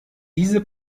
diese